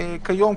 כיום,